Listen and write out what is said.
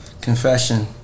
Confession